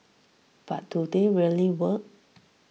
but do they really work